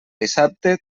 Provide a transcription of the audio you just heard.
dissabte